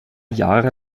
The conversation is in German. jahre